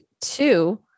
two